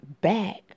back